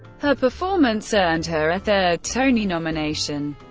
her performance earned her a third tony nomination.